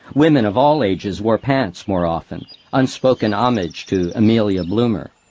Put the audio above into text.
women of all ages wore pants more often unspoken homage to amelia bloomer.